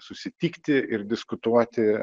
susitikti ir diskutuoti